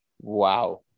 Wow